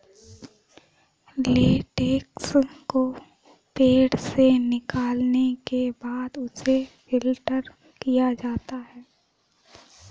latex को पेड़ से निकालने के बाद उसे फ़िल्टर किया जाता है